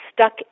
stuck